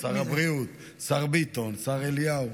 שר הבריאות, השר ביטון, השר אליהו.